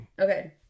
Okay